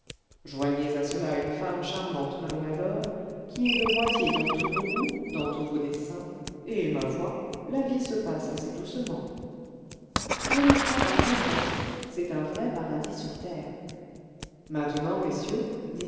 joignez à cela une femme charmante que l'on adore qui est de moitié dans tous vos goûts dans tous vos desseins et ma foi la vie se passe assez doucement je le crois pardieu bien c'est un vrai paradis sur terre maintenant messieurs